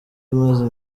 imaze